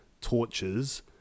torches